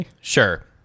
Sure